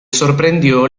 sorprendió